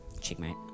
checkmate